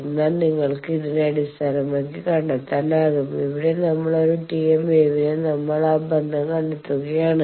അതിനാൽ നിങ്ങൾക്ക് ഇതിനെ അടിസ്ഥാനമാക്കി കണ്ടെത്താനാകും ഇവിടെ നമ്മൾ ഒരു TM വേവിനായി നമ്മൾ ആ ബന്ധം കണ്ടെത്തുകയാണ്